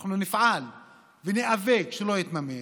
אנחנו נפעל וניאבק שלא יתממש,